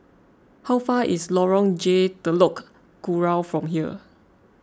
how far is Lorong J Telok Kurau from here